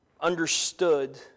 understood